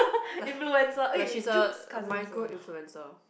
like like she's a micro influencer